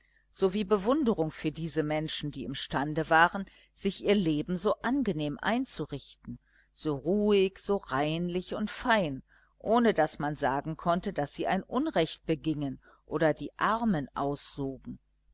sowie bewunderung für diese menschen die imstande waren sich ihr leben so angenehm einzurichten so ruhig so reinlich und fein ohne daß man sagen konnte daß sie ein unrecht begingen oder die armen aussogen